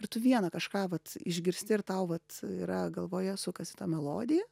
ir tu vieną kažką vat išgirsti ir tau vat yra galvoje sukasi ta melodija